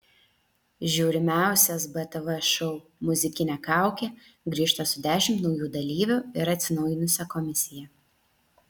žiūrimiausias btv šou muzikinė kaukė grįžta su dešimt naujų dalyvių ir atsinaujinusia komisija